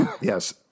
Yes